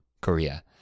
Korea